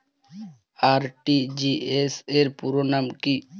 RTGS র পুরো নাম কি?